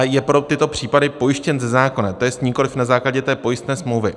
Je pro tyto případy pojištěn ze zákona, to jest nikoli na základě té pojistné smlouvy.